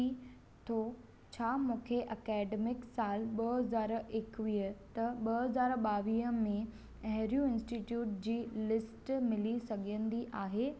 थो छा मूंखे एकेडमिक साल ॿ हज़ार एकवीह त ॿ हज़ार ॿावीह में अहिड़ियुनि इन्स्टिट्यूट जी लिस्ट मिली सघंदी आहे